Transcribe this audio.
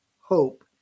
hope